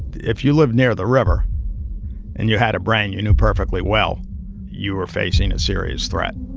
if you lived near the river and you had a brain, you knew perfectly well you were facing a serious threat.